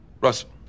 Russell